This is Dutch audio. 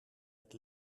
het